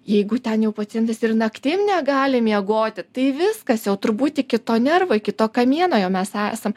jeigu ten jau pacientas ir naktim negali miegoti tai viskas jau turbūt iki to nervo iki to kamieno jau mes esam